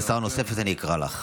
אני אקרא לך.